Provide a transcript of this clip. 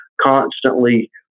constantly